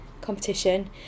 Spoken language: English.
competition